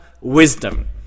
wisdom